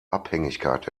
abhängigkeit